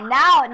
now